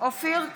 אופיר כץ,